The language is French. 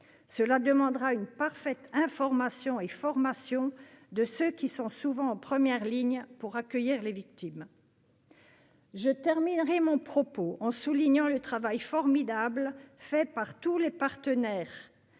nécessitera une parfaite information et formation de ceux qui sont souvent en première ligne pour accueillir les victimes. Je terminerai mon propos en soulignant le travail formidable accompli par tous les partenaires,